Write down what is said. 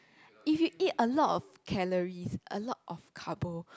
if you eat a lot of calories a lot of carbo